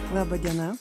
laba diena